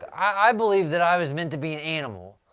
i believe that i was meant to be an animal.